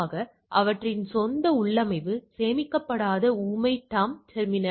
எனவே இதற்கான சமன்பாடு இதுபோல் தெரிகிறது